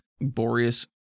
Boreas